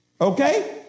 Okay